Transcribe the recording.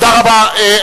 תודה רבה.